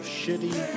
shitty